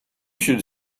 should